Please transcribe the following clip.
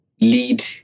lead